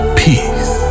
peace